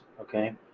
okay